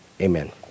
Amen